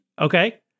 Okay